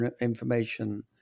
information